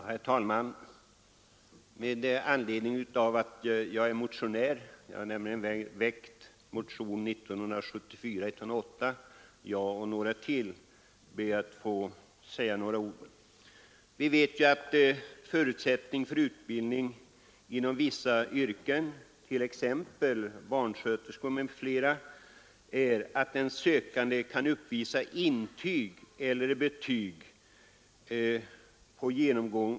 Herr talman! Med anledning av att jag har varit med om att väcka motionen 108 ber jag att få säga några ord. Förutsättningen för utbildning till vissa yrken, t.ex. barnsköterska, är att den sökande kan uppvisa intyg om genomgången praktik.